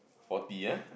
forty ah